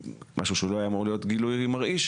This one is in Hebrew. משהו שלא היה אמור להיות גילוי מרעיש,